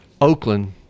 Oakland